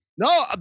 No